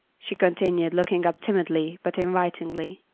she continued, looking up timidly but invitingly.